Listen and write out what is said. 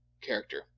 character